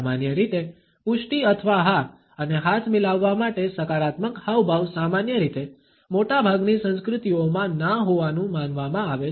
સામાન્ય રીતે પુષ્ટિ અથવા હા અને હાથ મિલાવવા માટે સકારાત્મક હાવભાવ સામાન્ય રીતે મોટાભાગની સંસ્કૃતિઓમાં ના હોવાનું માનવામાં આવે છે